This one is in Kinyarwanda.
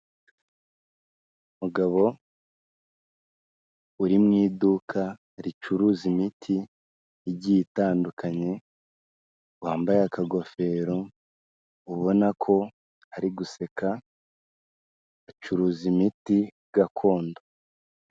Umugabo uri mu iduka ricuruza imiti igiye itandukanye wambaye akagofero ubona ko ari guseka, acuruza imiti gakondo.